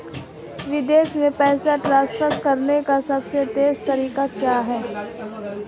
विदेश में पैसा ट्रांसफर करने का सबसे तेज़ तरीका क्या है?